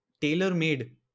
tailor-made